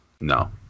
No